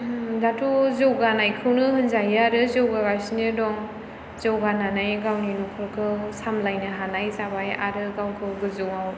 दाथ' जौगानायखौनो होनजायो आरो जौगागासिनो दं जौगानानै गावनि नखरखौ सामलायनो हानाय जाबाय आरो गावखौ गोजौआव